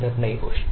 Nirnay Ghosh